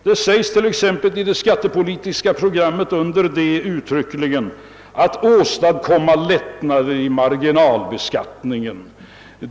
Det framhålles t.ex. i det skattepolitiska programmet uttryckligen att det gäller att åstadkomma lättnader i marginalbeskattningen.